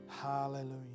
Hallelujah